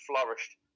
flourished